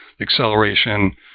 acceleration